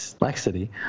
laxity